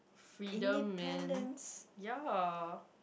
freedom man ya